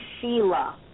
Sheila